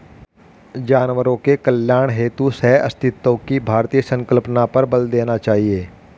जानवरों के कल्याण हेतु सहअस्तित्व की भारतीय संकल्पना पर बल देना चाहिए